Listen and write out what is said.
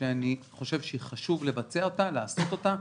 שאני חושב שחשוב לבצע אותה ולעשות אותה.